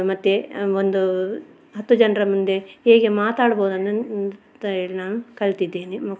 ಮತ್ತು ಒಂದು ಹತ್ತು ಜನರ ಮುಂದೆ ಹೇಗೆ ಮಾತಾಡ್ಬೋದು ಅಂತ ನಾನ್ ಅಂತ್ಹೇಳಿ ನಾನು ಕಲಿತಿದ್ದೇನೆ ಮುಕ್